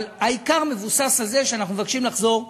אבל העיקר מבוסס על זה שאנחנו מבקשים לחזור ל-2012.